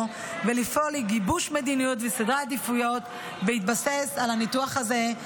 ולפעול לגיבוש מדיניות וסדרי עדיפויות בהתבסס על הניתוח הזה".